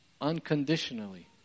unconditionally